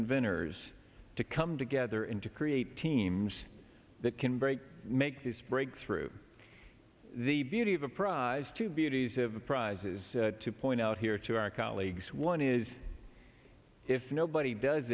inventors to come together and to create teams that can break make this breakthrough the beauty of a prize to beauties of a prize is to point out here to our colleagues one is if nobody does